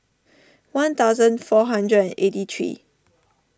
one thousand four hundred and eighty three